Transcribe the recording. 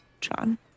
John